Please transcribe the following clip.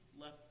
left